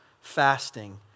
fasting